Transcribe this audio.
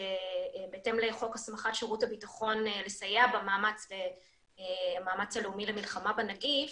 שבהתאם לחוק הסמכת שירות הביטחון לסייע במאמץ הלאומי למלחמה בנגיף